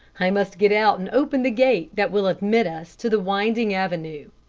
i must get out and open the gate that will admit us to the winding avenue.